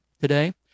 today